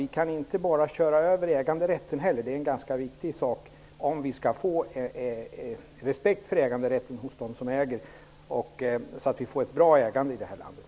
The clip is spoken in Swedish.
Vi kan inte heller bara köra över äganderätten, som är något ganska viktigt. Det gäller för oss att få respekt för äganderätten hos dem som äger, så att vi får ett bra ägande i det här landet.